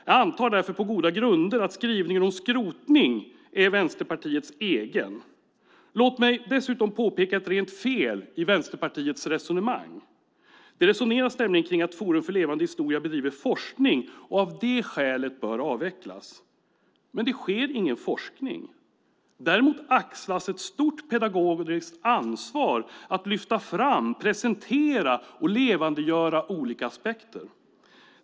Jag antar därför på goda grunder att skrivningen om skrotning är Vänsterpartiets egen. Låt mig dessutom påpeka ett rent fel i Vänsterpartiets resonemang. Det resoneras nämligen kring att Forum för levande historia bedriver forskning och av det skälet bör avvecklas. Men det sker ingen forskning där. Däremot axlas ett stort pedagogiskt ansvar att lyfta fram, presentera och levandegöra olika aspekter.